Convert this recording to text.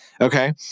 Okay